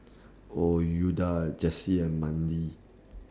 Ouida Jessie and Mandy